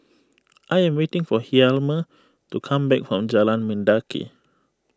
I am waiting for Hjalmer to come back from Jalan Mendaki